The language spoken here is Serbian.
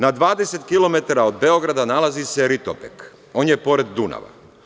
Na 20 kilometara od Beograda nalazi se Ritopek, on je pored Dunava.